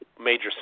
major